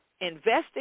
investing